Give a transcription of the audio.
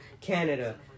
Canada